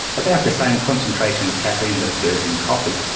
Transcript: about the same concentration of caffeine that occurs in coffee.